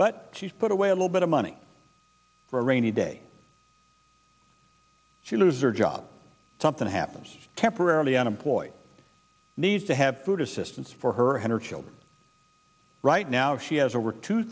but she's put away a little bit of money for a rainy day she loses her job something happens temporarily unemployed need to have food assistance for her and her children right now she has